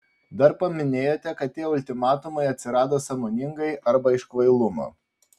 dar paminėjote kad tie ultimatumai atsirado sąmoningai arba iš kvailumo